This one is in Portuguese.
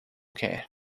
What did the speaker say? quer